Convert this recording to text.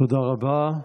תודה רבה.